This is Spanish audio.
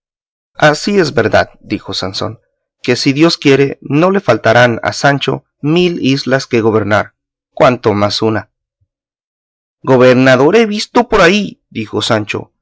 es verdad dijo sansón que si dios quiere no le faltarán a sancho mil islas que gobernar cuanto más una gobernador he visto por ahí dijo sancho